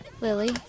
Lily